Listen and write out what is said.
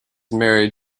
married